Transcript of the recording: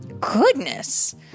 Goodness